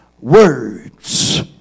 words